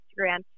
Instagram